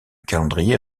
calendrier